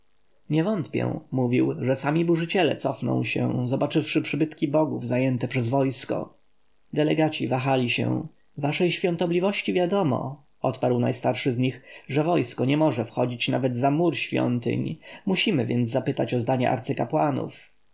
nie wątpię mówił że sami burzyciele cofną się zobaczywszy przybytki bogów zajęte przez wojsko delegaci wahali się waszej świątobliwości wiadomo odparł najstarszy z nich że wojsko nie może wchodzić nawet za mur świątyń musimy więc zapytać o zdanie arcykapłanów